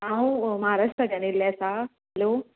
हांव महाराष्ट्राच्यान येल्लें आसा हॅलो